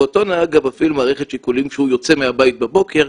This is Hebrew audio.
ואותו נהג גם מפעיל מערכת שיקולים כשהוא יוצא מהבית בבוקר,